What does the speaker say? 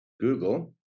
Google